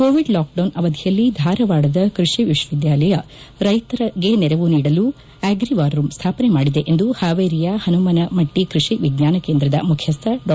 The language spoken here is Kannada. ಕೋವಿಡ್ ಲಾಕ್ಡೌನ್ ಅವಧಿಯಲ್ಲಿ ಧಾರವಾಡದ ಕೃಷಿ ವಿಶ್ವವಿದ್ಯಾಲಯ ರೈತರಿಗೆ ನೆರವು ನೀಡಲು ಅಗ್ರಿವಾರ್ ರೂಂ ಸ್ವಾಪನೆ ಮಾಡಿದೆ ಎಂದು ಹಾವೇರಿಯ ಹನುಮನಮಟ್ಟಿ ಕೃಷಿ ವಿಜ್ಞಾನ ಕೇಂದ್ರದ ಮುಖ್ಯಸ್ವ ಡಾ